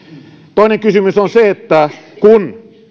toinen kysymys on se että kun